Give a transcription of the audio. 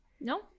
No